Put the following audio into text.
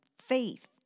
faith